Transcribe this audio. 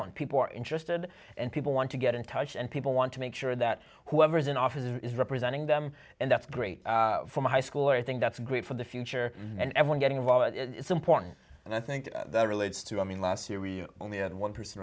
want people are interested and people want to get in touch and people want to make sure that whoever's in office is representing them and that's great for my high school i think that's great for the future and everyone getting involved but it's important and i think that relates to i mean last year we only had one person